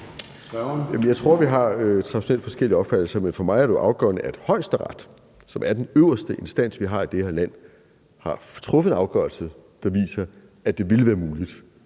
Jeg tror, vi traditionelt har forskellige opfattelser, men for mig er det jo afgørende, at Højesteret, som er den øverste instans, vi har i det her land, har truffet en afgørelse, der viser, at det ville være muligt